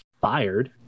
fired